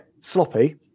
sloppy